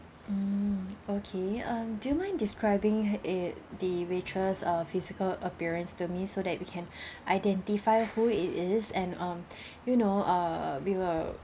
mm okay um do you mind describing uh the waitress uh physical appearance to me so that we can identify who it is and um you know uh we will